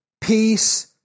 peace